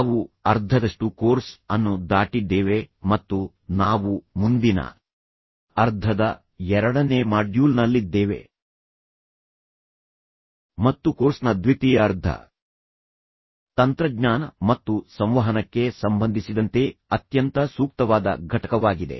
ನಾವು ಅರ್ಧದಷ್ಟು ಕೋರ್ಸ್ ಅನ್ನು ದಾಟಿದ್ದೇವೆ ಮತ್ತು ನಾವು ಮುಂದಿನ ಅರ್ಧದ ಎರಡನೇ ಮಾಡ್ಯೂಲ್ನಲ್ಲಿದ್ದೇವೆ ಮತ್ತು ಕೋರ್ಸ್ನ ದ್ವಿತೀಯಾರ್ಧ ತಂತ್ರಜ್ಞಾನ ಮತ್ತು ಸಂವಹನಕ್ಕೆ ಸಂಬಂಧಿಸಿದಂತೆ ಅತ್ಯಂತ ಸೂಕ್ತವಾದ ಘಟಕವಾಗಿದೆ